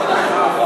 חברי כנסת